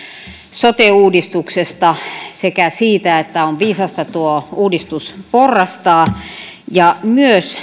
sote uudistuksesta sekä siitä että on viisasta tuo uudistus porrastaa ja myös